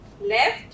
left